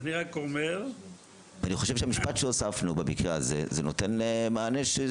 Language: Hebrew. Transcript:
אני רק אומר --- אני חושב שהמשפט שהוספנו במקרה הזה נותן מענה.